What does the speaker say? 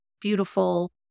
beautiful